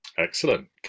Excellent